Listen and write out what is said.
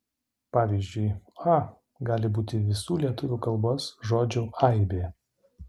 pavyzdžiui a gali būti visų lietuvių kalbos žodžių aibė